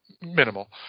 minimal